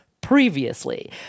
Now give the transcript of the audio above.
previously